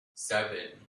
seven